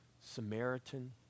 Samaritan